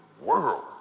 world